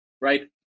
right